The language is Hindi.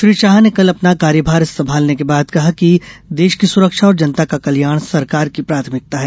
श्री शाह ने कल अपना कार्यभार संभालने के बाद कहा था कि देश की सुरक्षा और जनता का कल्याण सरकार की प्राथमिकता है